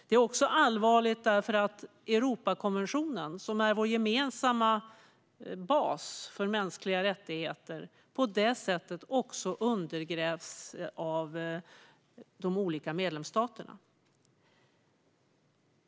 Det är också allvarligt eftersom Europakonventionen, som är vår gemensamma bas för mänskliga rättigheter, på det sättet också undergrävs av de olika medlemsstaterna.